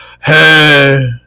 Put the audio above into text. hey